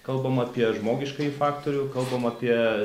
kalbam apie žmogiškąjį faktorių kalbam apie